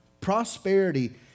Prosperity